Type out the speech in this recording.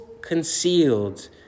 concealed